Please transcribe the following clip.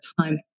time